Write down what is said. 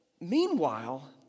meanwhile